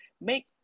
make